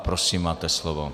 Prosím, máte slovo.